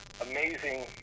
amazing